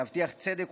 לייסד צדק,